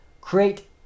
Create